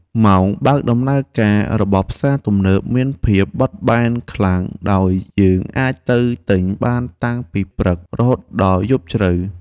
ម៉ោងបើកដំណើរការរបស់ផ្សារទំនើបមានភាពបត់បែនខ្លាំងដោយយើងអាចទៅទិញបានតាំងពីព្រឹករហូតដល់យប់ជ្រៅ។